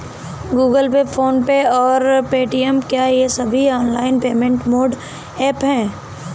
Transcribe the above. Google Pay PhonePe और Paytm क्या ये सभी ऑनलाइन पेमेंट मोड ऐप हैं?